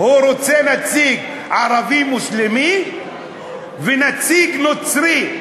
הוא רוצה ערבי מוסלמי ונציג נוצרי.